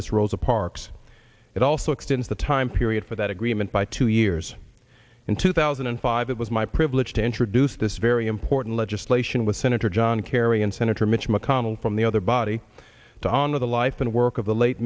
mr rosa parks it also extends the time period for that agreement by two years in two thousand and five it was my privilege to introduce this very important legislation with senator john kerry and senator mitch mcconnell from the other body to honor the life and work of the late